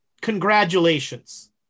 Congratulations